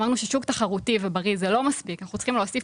אמרנו ששוק תחרותי ובריא זה לא מספיק אלא צריכים להוסיף